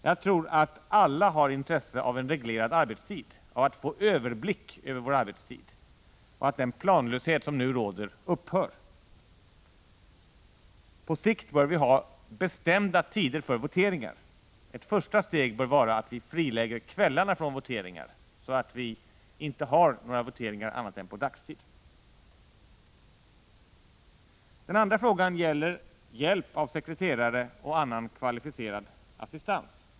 Jag tror att alla har intresse av en reglerad arbetstid, av att få överblick och av att den planlöshet som nu råder upphör. På sikt bör vi ha bestämda tider för voteringar. Ett första steg bör vara att vi frilägger kvällarna från voteringar, så att vi inte har voteringar annat än på dagtid. Den andra frågan gäller hjälp av sekreterare och annan kvalificerad assistans.